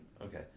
Okay